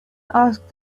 asked